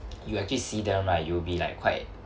you actually see them right you'll be like quite